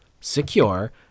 secure